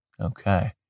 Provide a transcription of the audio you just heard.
okay